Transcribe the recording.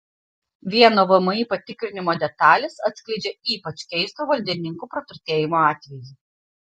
vieno vmi patikrinimo detalės atskleidžia ypač keisto valdininkų praturtėjimo atvejį